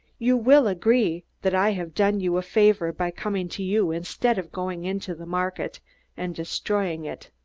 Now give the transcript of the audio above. you will agree that i have done you a favor by coming to you instead of going into the market and destroying it.